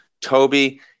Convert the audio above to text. Toby